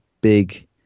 big